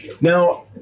Now